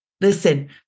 Listen